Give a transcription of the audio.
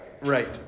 Right